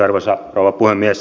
arvoisa rouva puhemies